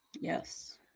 Yes